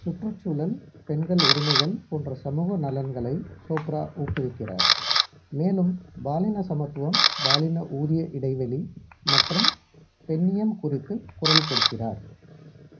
சுற்றுச்சூழல் பெண்கள் உரிமைகள் போன்ற சமூக நலன்களை சோப்ரா ஊக்குவிக்கிறார் மேலும் பாலின சமத்துவம் பாலின ஊதிய இடைவெளி மற்றும் பெண்ணியம் குறித்து குரல் கொடுக்கிறார்